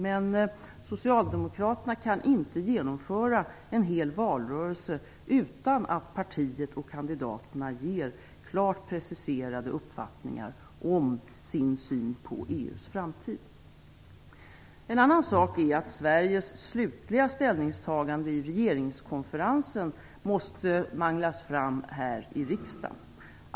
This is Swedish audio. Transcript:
Men Socialdemokraterna kan inte genomföra en hel valrörelse utan att partiet och kandidaterna klart preciserar sin uppfattning om En annan sak är att Sveriges slutliga ställningstagande i regeringskonferensen måste manglas fram här i riksdagen.